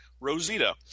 Rosita